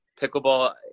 pickleball